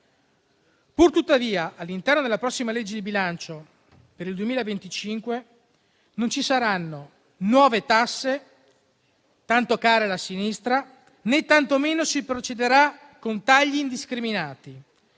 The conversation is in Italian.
Pur tuttavia, all'interno della prossima legge di bilancio per il 2025 non ci saranno nuove tasse, tanto care alla sinistra, né tantomeno si procederà con tagli indiscriminati.